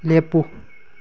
ꯂꯦꯞꯄꯨ